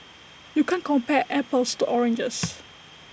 you can't compare apples to oranges